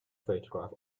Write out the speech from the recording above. photograph